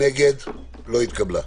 ההסתייגות לא התקבלה.